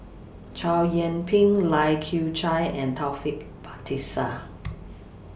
Chow Yian Ping Lai Kew Chai and Taufik Batisah